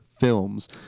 films